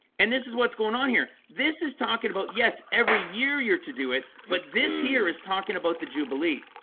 and this is what's going on here. this is talking about yes, every year you're to do it but this here is talking about the jubilee